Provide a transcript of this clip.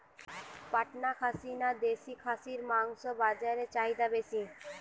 পাটনা খাসি না দেশী খাসির মাংস বাজারে চাহিদা বেশি?